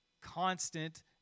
Constant